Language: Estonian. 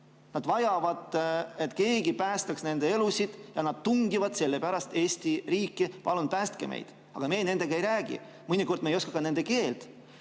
Nad vajavad, et keegi päästaks nende elusid, nad tungivad selle pärast Eesti riiki. "Palun päästke meid!" Aga meie nendega ei räägi. Mõnikord me ei oska ka nende keelt.